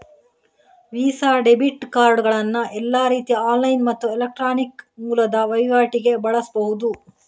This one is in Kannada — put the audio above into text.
ವೀಸಾ ಡೆಬಿಟ್ ಕಾರ್ಡುಗಳನ್ನ ಎಲ್ಲಾ ರೀತಿಯ ಆನ್ಲೈನ್ ಮತ್ತು ಎಲೆಕ್ಟ್ರಾನಿಕ್ ಮೂಲದ ವೈವಾಟಿಗೆ ಬಳಸ್ಬಹುದು